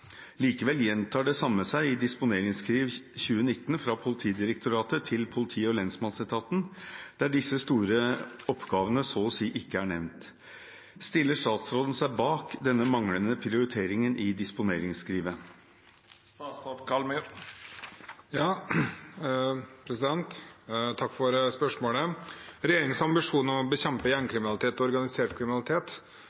Likevel gjentar det samme seg i Disponeringsskriv 2019 fra Politidirektoratet til politi- og lensmannsetaten, der disse store oppgavene så å si ikke er nevnt. Stiller statsråden seg bak denne manglende prioriteringen i Disponeringsskrivet?» Takk for spørsmålet. Regjeringens ambisjon om å bekjempe